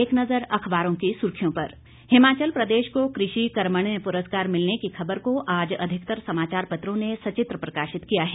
एक नज़र अखबारों की सुर्खियों पर हिमाचल प्रदेश को कृषि कर्मण्य पुरस्कार मिलने की खबर को आज अधिकतर समाचार पत्रों ने सचित्र प्रकाशित किया है